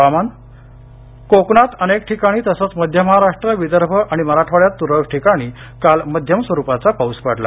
हवामान कोकणा अनेक ठिकाणी तसंच मध्यमहाराष्ट्र विदर्भ आणि मराठवाड्यात त्रळक ठिकाणी मध्यम स्वरुपाचा पाऊस पडला